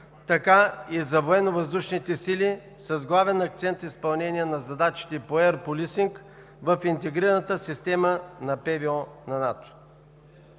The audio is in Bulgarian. така и за военновъздушните сили с главен акцент изпълнение на задачите по еър полисинг в интегрираната система на ПВО на НАТО.